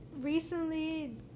recently